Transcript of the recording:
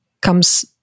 comes